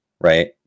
right